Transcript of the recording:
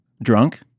Drunk